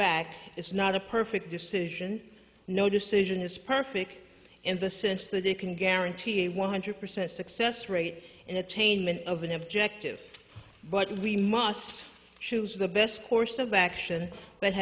back it's not a perfect decision no decision is perfect in the sense that it can guarantee a one hundred percent success rate in attainment of an objective but we must choose the best course of action that